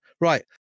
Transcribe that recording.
Right